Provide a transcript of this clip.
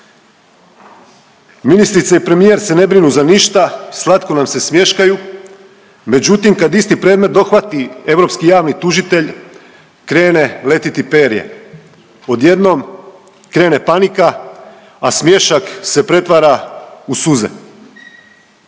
ministrica i premijer se ne brinu za ništa, slatko nam se smješkaju, međutim kad isti predmet dohvati europski javni tužitelj krene letiti perje, odjednom krene panika, a smiješak se pretvara u suze.